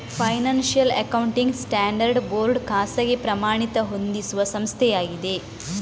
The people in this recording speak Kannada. ಫೈನಾನ್ಶಿಯಲ್ ಅಕೌಂಟಿಂಗ್ ಸ್ಟ್ಯಾಂಡರ್ಡ್ಸ್ ಬೋರ್ಡ್ ಖಾಸಗಿ ಪ್ರಮಾಣಿತ ಹೊಂದಿಸುವ ಸಂಸ್ಥೆಯಾಗಿದೆ